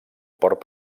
port